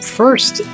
first